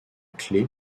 clef